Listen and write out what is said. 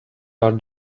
are